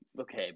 okay